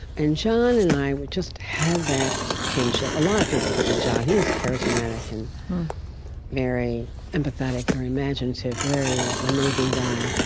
and john and i just had that kinship. a lot of people did with john. he was charismatic and very empathetic, very imaginative, very amazing guy.